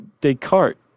Descartes